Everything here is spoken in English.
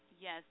Yes